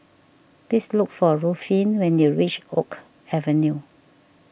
please look for Ruffin when you reach Oak Avenue